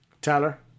Tyler